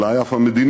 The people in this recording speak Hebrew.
אולי אף המדינה.